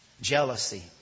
jealousy